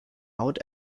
out